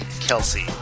Kelsey